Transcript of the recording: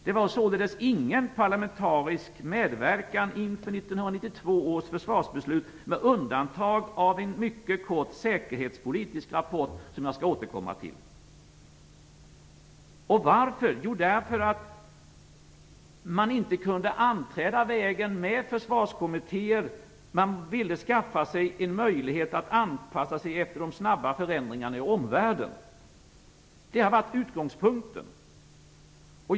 Det var således ingen parlamentarisk medverkan inför 1992 års försvarsbeslut, med undantag av en mycket kort säkerhetspolitisk rapport som jag skall återkomma till. Varför? Därför att man inte kunde anträda den fortsatta vägen med försvarskommittéer. Man ville skaffa sig en möjlighet att anpassa sig efter de snabba förändringarna i omvärlden. Det har varit utgångspunkten.